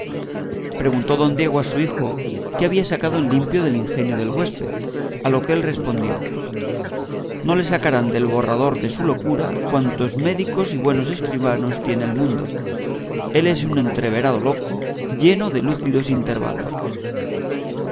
comer preguntó don diego a su hijo qué había sacado en limpio del ingenio del huésped a lo que él respondió no le sacarán del borrador de su locura cuantos médicos y buenos escribanos tiene el mundo él es un entreverado loco lleno de lúcidos intervalos